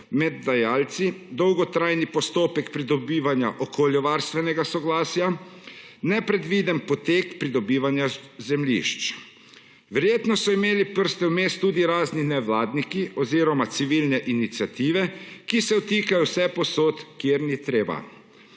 med dajalci dolgotrajni postopek pridobivanja okoljevarstvenega soglasja, nepredviden potek pridobivanja zemljišč. Verjetno so imeli prste vmes tudi razni nevladniki, oziroma civilne iniciative, ki se vtikajo vsepovsod, kjer ni treba.